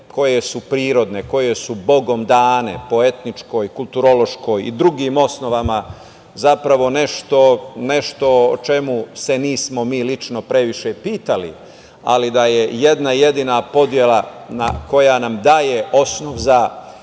koje su prirodne, koje su bogom dane, po etničkoj, kulturološkoj i drugim osnovama, zapravo nešto o čemu se nismo, mi lično, previše pitali, ali da je jedna jedina podela koja nam daje osnov za